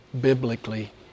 biblically